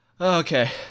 Okay